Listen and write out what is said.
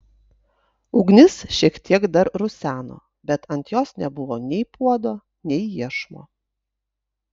ugnis šiek tiek dar ruseno bet ant jos nebuvo nei puodo nei iešmo